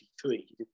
three